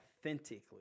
authentically